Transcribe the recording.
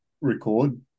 record